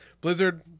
Blizzard